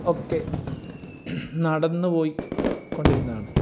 ഒക്കെ നടന്നുപോയി കൊണ്ടിരുന്നതാണ്